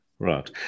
Right